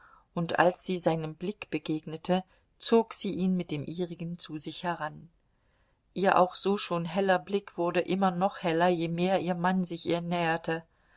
und als sie seinem blick begegnete zog sie ihn mit dem ihrigen zu sich heran ihr auch so schon heller blick wurde immer noch heller je mehr ihr mann sich ihr näherte